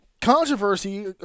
controversy